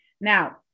Now